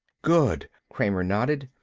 good. kramer nodded,